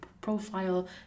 profile